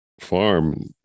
farm